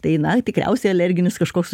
tai na tikriausiai alerginis kažkoks